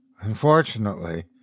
Unfortunately